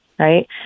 right